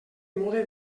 mode